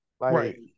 right